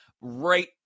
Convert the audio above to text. Right